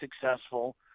successful